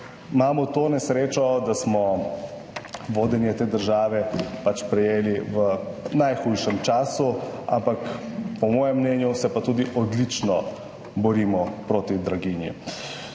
imamo to nesrečo, da smo vodenje te države pač prejeli v najhujšem času, ampak po mojem mnenju se pa tudi odlično borimo proti draginji.